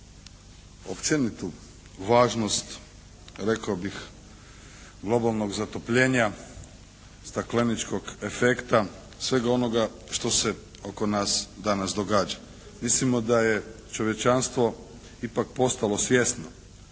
općenitu važnost rekao bih globalnog zatopljenja, stakleničkog efekta, svega onoga što se oko nas danas događa. Mislimo da je čovječanstvo ipak postalo svjesno